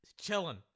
chilling